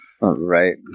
right